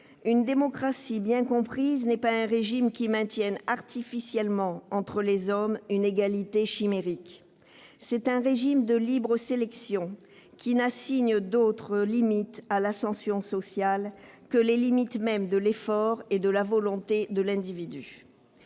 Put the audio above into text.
Une démocratie bien comprise n'est pas un régime qui maintienne artificiellement entre les hommes une égalité chimérique ; c'est un régime de libre sélection qui n'assigne d'autre limite à l'ascension sociale que les limites mêmes de l'effort et de la volonté de l'individu.